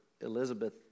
Elizabeth